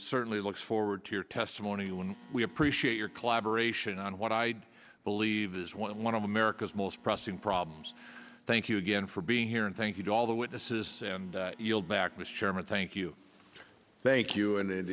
certainly looks forward to your testimony when we appreciate your collaboration on what i believe is one of america's most pressing problems thank you again for being here and thank you to all the witnesses and yield back mr chairman thank you thank you and it